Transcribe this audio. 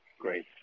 Great